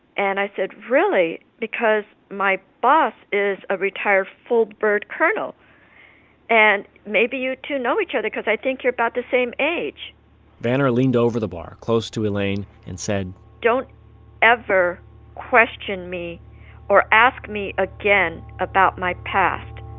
and i said really? because my boss is a retired full bird colonel and maybe you two know each other because i think you're about the same age vanner leaned over the bar close to elaine and said don't ever question me or ask me again about my past.